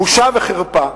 בושה וחרפה!